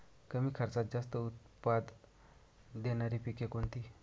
कमी खर्चात जास्त उत्पाद देणारी पिके कोणती?